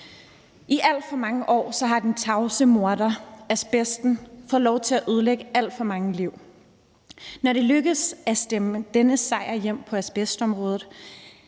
I alt for mange år har den tavse morder asbesten fået lov til at ødelægge alt for mange liv. Når det lykkes at stemme denne sejr igennem på asbestområdet,